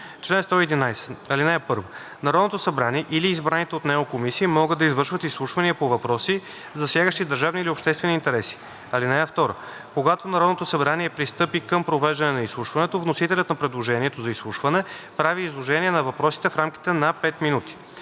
„Чл. 111. (1) Народното събрание или избраните от него комисии могат да извършват изслушвания по въпроси, засягащи държавни или обществени интереси. (2) Когато Народното събрание пристъпи към провеждане на изслушването, вносителят на предложението за изслушване прави изложение на въпросите в рамките на 5 минути.